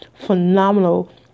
phenomenal